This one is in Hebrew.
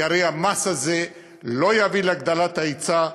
כי הרי המס הזה לא יביא להגדלת ההיצע,